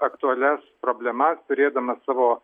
aktualias problemas turėdamas savo